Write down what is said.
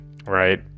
right